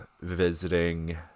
visiting